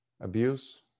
abuse